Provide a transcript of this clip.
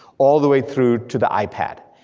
all the way through to the ipad.